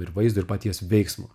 ir vaizdo ir paties veiksmo